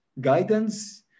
guidance